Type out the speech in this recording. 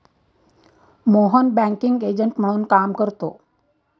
Mohan banking agent म्हणून काम करतो